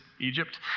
Egypt